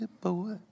boy